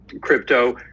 crypto